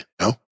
no